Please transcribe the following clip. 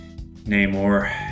Namor